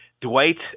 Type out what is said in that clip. Dwight